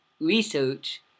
research